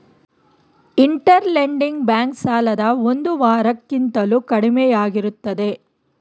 inter lending bank ಸಾಲದ ಒಂದು ವಾರ ಕಿಂತಲೂ ಕಡಿಮೆಯಾಗಿರುತ್ತದೆ